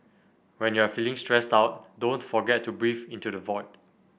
when you are feeling stressed out don't forget to breathe into the void